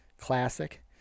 Classic